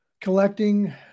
collecting